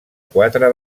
quatre